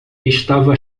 estava